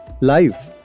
life